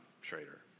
Schrader